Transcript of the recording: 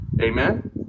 Amen